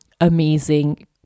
amazing